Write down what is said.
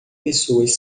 pessoas